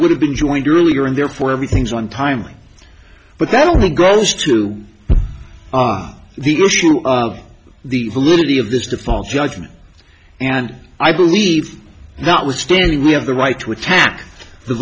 would have been joined earlier and therefore everything's on timing but that only goes to the issue of the validity of this default judgment and i believe that was standing we have the right to attack the